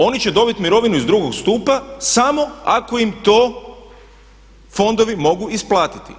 Oni će dobiti mirovinu iz 2. stupa samo ako im to fondovi mogu isplatiti.